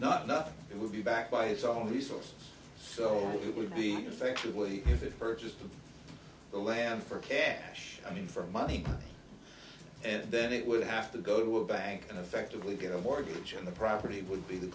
not know it will be back by its own resource so it would be effectively if it purchased the land for cash i mean for money and then it would have to go to a bank and effectively get a mortgage on the property would be the